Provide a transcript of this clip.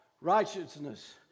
righteousness